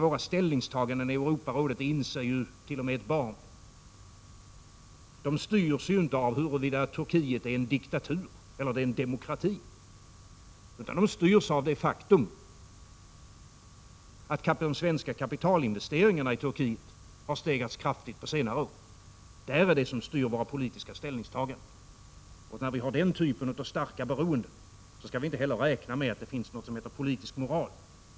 Våra ställningstaganden i Europarådet — det inser t.o.m. ett barn — styrs inte av huruvida Turkiet är en diktatur eller en demokrati, utan av det faktum att de svenska kapitalinvesteringarna i Turkiet har stegrats kraftigt på senare år. Där har vi det som styr våra politiska ställningstaganden. Med den typen av starka beroenden skall vi inte heller räkna med att det finns någonting som heter politisk moral.